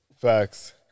Facts